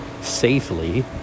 safely